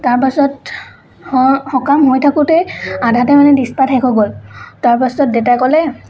তাৰ পাছত সকাম হৈ থাকোঁতেই আধাতেই মানে ডিছ পাত শেষ হৈ গ'ল তাৰ পাছত দেউতাই ক'লে